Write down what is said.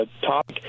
talk